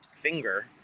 finger